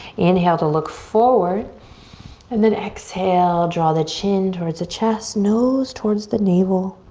inhale to look forward and then exhale draw the chin towards the chest, nose towards the navel.